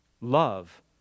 love